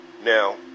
Now